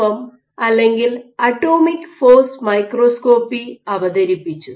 M അല്ലെങ്കിൽ atomic force microscopy അവതരിപ്പിച്ചു